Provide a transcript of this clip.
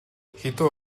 хэдэн